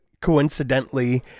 Coincidentally